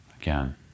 Again